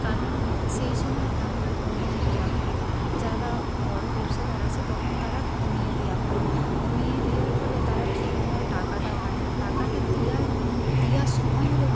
কারণ সেই সময় দামটা কমিয়ে দেওয়া হয় যারা বড়ো ব্যবসাদার আছে তখন তারা কমিয়ে দেওয়া হয় কমিয়ে দেওয়ার ফলে তারা ঠিক মতো টাকাটা পাই না টাকাটা দেওয়ার দেওয়ার সময় হল